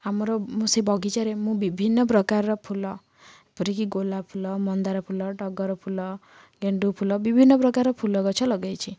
ଆମର ସେ ବଗିଚାରେ ମୁଁ ବିଭିନ୍ନ ପ୍ରକାରର ଫୁଲ ପରିକି ଗୋଲାପ ଫୁଲ ମନ୍ଦାର ଫୁଲ ଟଗର ଫୁଲ ଗେଣ୍ଡୁ ଫୁଲ ବିଭିନ୍ନ ପ୍ରକାର ଫୁଲ ଗଛ ଲଗାଇଛି